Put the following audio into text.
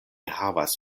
havas